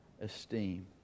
esteem